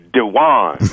Dewan